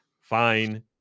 fine